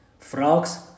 Frogs